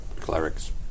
clerics